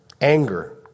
anger